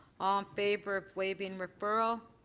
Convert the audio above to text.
um favor of waiving referral.